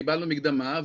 קיבלנו מקדמה,